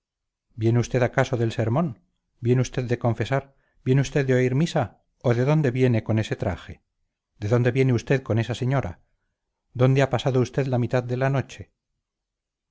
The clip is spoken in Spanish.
podría usted sentenciarme como juez viene usted de confesar viene usted de oír misa o de dónde viene usted con ese traje de dónde viene usted con esa señora dónde ha pasado usted la mitad de la noche